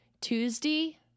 Tuesday